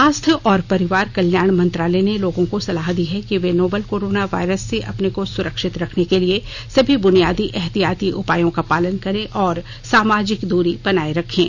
स्वास्थ्य और परिवार कल्याण मंत्रालय ने लोगों को सलाह दी है कि वे नोवल कोरोना वायरस से अपने को सुरक्षित रखने के लिए सभी ब्रुनियादी एहतियाती उपायों का पालन करें और सामाजिक दूरी बनाए रखें